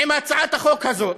עם הצעת החוק הזאת,